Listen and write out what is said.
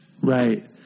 Right